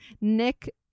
Nick